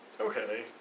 Okay